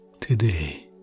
Today